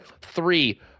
three